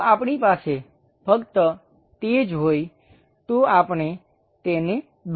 જો આપણી પાસે ફક્ત તે જ હોય તો આપણે તેને દોરીશું